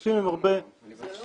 אדוני היושב ראש, אני לא אחזור